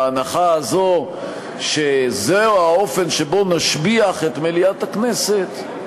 ההנחה הזו שזהו האופן שבו נשביח את מליאת הכנסת,